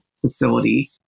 facility